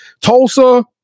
Tulsa